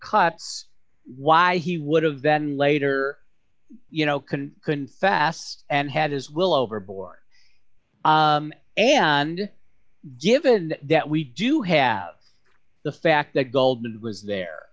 uts why he would have then later you know couldn't couldn't fast and had his will overboard and given that we do have the fact that gold was there